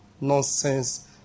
Nonsense